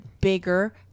bigger